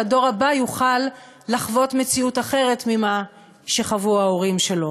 שהדור הבא יוכל לחוות מציאות אחרת ממה שחוו ההורים שלו.